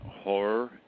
Horror